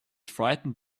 frightened